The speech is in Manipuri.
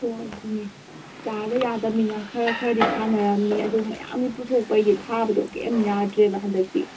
ꯑꯣ ꯑꯗꯨꯅꯤ ꯆꯥꯗ ꯌꯥꯗꯃꯤꯅ ꯈꯔ ꯈꯔꯗꯤ ꯊꯥꯅꯔꯝꯅꯤ ꯑꯗꯨ ꯃꯌꯥꯝꯗꯤ ꯄꯨꯊꯣꯛꯄꯩꯗꯤ ꯊꯥꯕꯗꯨ ꯀꯔꯤꯝ ꯌꯥꯗ꯭ꯔꯦꯕ ꯍꯟꯗꯛꯇꯤ